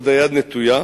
עוד היד נטויה.